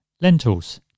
Lentils